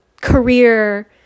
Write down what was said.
career